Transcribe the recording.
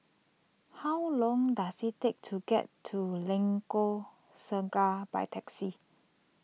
how long does it take to get to Lengkok Saga by taxi